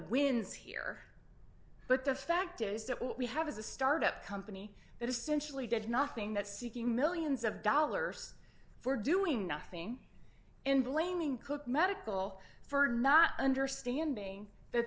wins here but the fact is that what we have is a start up company that essentially did nothing that seeking millions of dollars for doing nothing and blaming cook medical for not understanding that